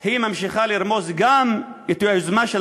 היא ממשיכה לרמוס גם את היוזמה של